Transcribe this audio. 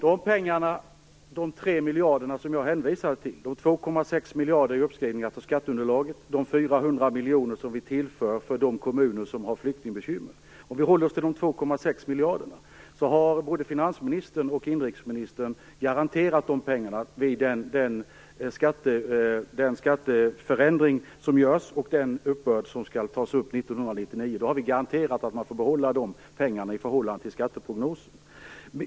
Fru talman! Av de 3 miljarder som jag hänvisade till finns 2,6 miljarder upptagna i skatteunderlaget. De 400 miljoner som vi tillför går till de kommuner som har flyktingbekymmer. Om vi håller oss till de 2,6 miljarderna kan jag säga att både finansministern och inrikesministern har garanterat att kommunerna vid den skatteförändring som görs och den uppbörd som skall göras för 1999 får behålla dessa pengar i förhållande till skatteprognosen.